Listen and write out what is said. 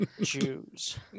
Jews